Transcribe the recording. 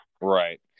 Right